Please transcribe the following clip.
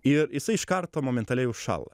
ir jisai iš karto momentaliai užšąla